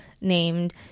named